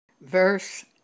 Verse